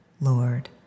Lord